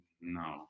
no